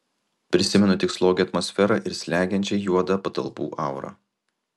prisimenu tik slogią atmosferą ir slegiančiai juodą patalpų aurą